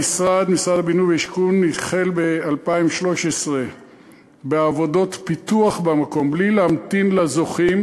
משרד הבינוי והשיכון החל ב-2013 בעבודות פיתוח במקום בלי להמתין לזוכים,